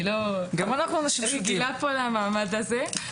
אני לא רגילה פה למעמד הזה,